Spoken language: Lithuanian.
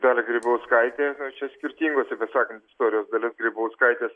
dalią grybauskaitę na čia skirtingos tiesą sakant istorijos dalios grybauskaitės